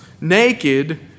naked